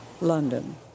London